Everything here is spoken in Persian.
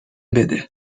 بده